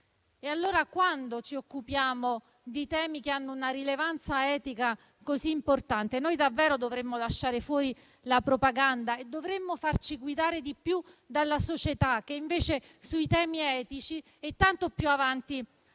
E allora, quando ci occupiamo di temi che hanno una rilevanza etica così importante, noi davvero dovremmo lasciare fuori la propaganda e farci guidare di più dalla società che invece sui temi etici è tanto più avanti